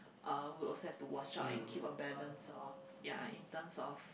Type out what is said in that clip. uh I'll also have to watch out and keep a balance orh ya in terms of